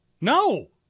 No